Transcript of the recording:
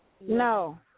No